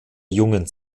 jungen